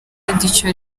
icyo